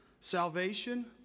salvation